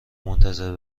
منتظر